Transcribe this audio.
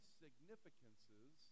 significances